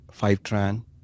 Fivetran